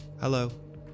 hello